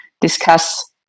discuss